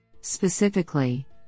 Specifically